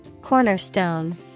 cornerstone